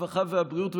הרווחה והבריאות,